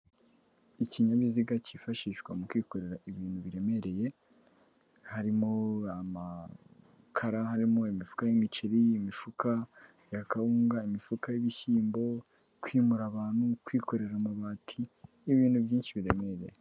Ikinyabiziga cyifashishwa mu kwikorera ibintu biremereye, harimo amakara, harimo imifuka y'imiceri, imifuka y'akawunga, imifuka y'ibishyimbo, kwimura abantu, kwikorera amabati, ni ibintu byinshi biremereye.